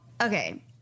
Okay